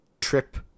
trip